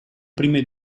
prime